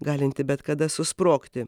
galinti bet kada susprogti